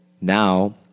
now